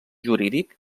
jurídic